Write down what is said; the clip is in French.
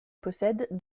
possède